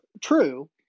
true